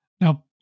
now